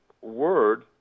word